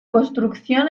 construcción